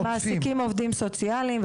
הם מעסיקים עובדים סוציאליים,